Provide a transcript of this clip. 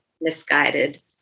misguided